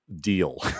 deal